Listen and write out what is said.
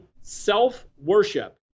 self-worship